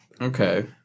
Okay